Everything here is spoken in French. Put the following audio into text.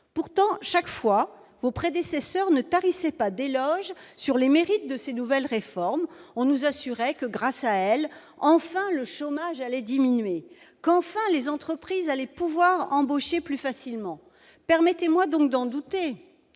Pourtant, chaque fois, vos prédécesseurs ne tarissaient pas d'éloges sur les mérites de ces nouvelles réformes. On nous assurait que, grâce à elles, le chômage allait enfin diminuer, que les entreprises allaient enfin pouvoir embaucher plus facilement ... Permettez-moi d'en douter,